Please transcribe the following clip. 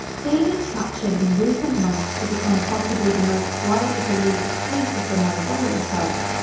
gaining traction in recent months to become possibly the most widely believed case of the mandela effect,